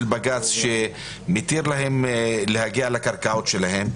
בג"צ שמתיר להם להגיע לקרקעות שלהם,